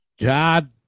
God